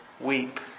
weep